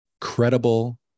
credible